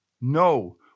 No